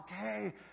okay